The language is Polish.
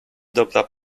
dobra